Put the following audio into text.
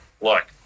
look